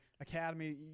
Academy